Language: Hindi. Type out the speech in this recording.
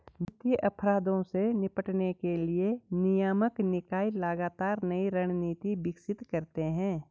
वित्तीय अपराधों से निपटने के लिए नियामक निकाय लगातार नई रणनीति विकसित करते हैं